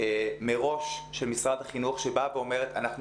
מראש של משרד החינוך שבאה ואומרת אנחנו